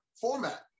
format